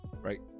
right